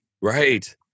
right